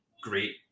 great